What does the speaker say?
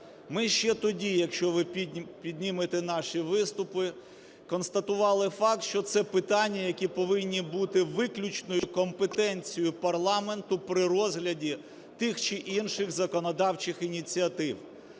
Ми ще тоді, якщо ви піднімете наші виступи, констатували факт, що це питання, які питання повинні бути виключною компетенцією парламенту при розгляді тих чи інших законодавчих ініціатив,